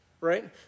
Right